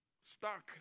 stuck